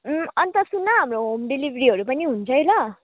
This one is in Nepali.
अन्त सुन हाम्रो होम डेलिभरी पनि हुन्छ है ल